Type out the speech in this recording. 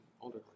older